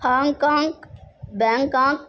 Hong Kong Bangkok